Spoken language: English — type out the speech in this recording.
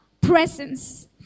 presence